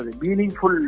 meaningful